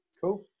Cool